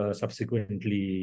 subsequently